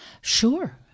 Sure